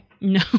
No